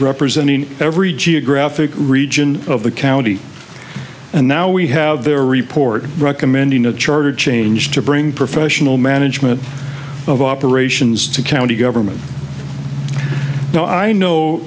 representing every geographic region of the county and now we have their report recommending a charter change to bring professional management of operations to county government now i know